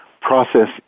process